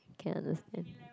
can understand